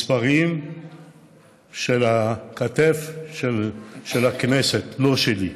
מספרים של הכת"ף של הכנסת, לא שלי.